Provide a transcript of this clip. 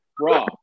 raw